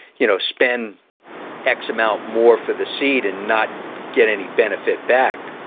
you know, spend x amount more for the seed and not get any benefit back.